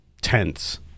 tense